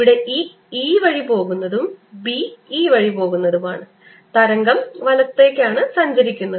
ഇവിടെ E ഈ വഴി പോകുന്നതും B ഈ വഴി പോകുന്നതും ആണ് തരംഗം വലത്തേക്ക് ആണ് സഞ്ചരിക്കുന്നത്